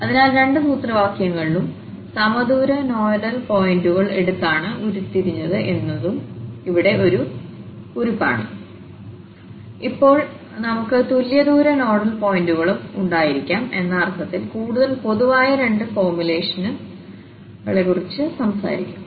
അതിനാൽ രണ്ട് സൂത്രവാക്യങ്ങളിലും സമദൂര നോഡൽ പോയിന്റുകൾ എടുത്താണ് ഉരുത്തിരിഞ്ഞത് എന്നതും ഇവിടെ ഒരു കുറിപ്പാണ് ഇപ്പോൾ നമുക്ക് തുല്യദൂര നോഡൽ പോയിന്റുകളും ഉണ്ടായിരിക്കാം എന്ന അർത്ഥത്തിൽ കൂടുതൽ പൊതുവായ രണ്ട് ഫോർമുലേഷനുകളെക്കുറിച്ച് സംസാരിക്കും